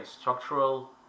structural